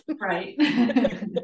right